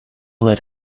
let